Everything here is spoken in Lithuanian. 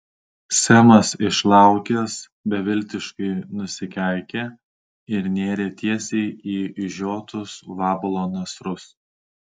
semas išlaukęs beviltiškai nusikeikė ir nėrė tiesiai į išžiotus vabalo nasrus